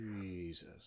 Jesus